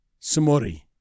Sumori